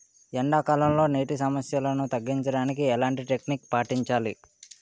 ఎండా కాలంలో, నీటి సమస్యలను తగ్గించడానికి ఎలాంటి టెక్నిక్ పాటించాలి?